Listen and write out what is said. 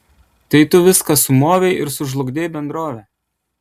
tai tu viską sumovei ir sužlugdei bendrovę